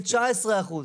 כ-19%.